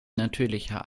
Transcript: natürlicher